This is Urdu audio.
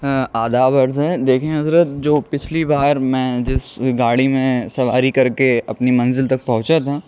آداب عرض ہے دیکھیں حضرت جو پچھلی بار میں جس گاڑی میں سواری کر کے اپنی منزل تک پہنچا تھا